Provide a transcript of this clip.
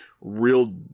real